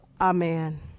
amen